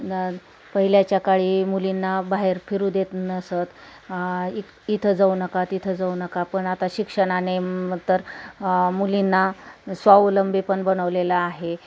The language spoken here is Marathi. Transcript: न पहिल्याच्या काळी मुलींना बाहेर फिरू देत नसतं इक इथं जाऊ नका तिथं जाऊ नका पण आता शिक्षणाने तर मुलींना स्वावलंबी पण बनवलेलं आहे